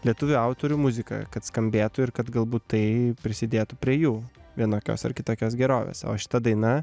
lietuvių autorių muzika kad skambėtų ir kad galbūt tai prisidėtų prie jų vienokios ar kitokios gerovės o šita daina